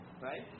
right